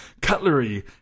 cutlery